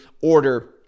order